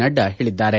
ನಡ್ಡಾ ಹೇಳಿದ್ದಾರೆ